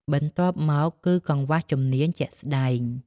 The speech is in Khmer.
បន្ទាប់មកគឺ កង្វះជំនាញជាក់ស្តែង។